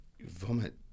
vomit